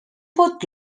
pot